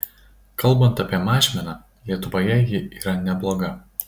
kalbant apie mažmeną lietuvoje ji yra nebloga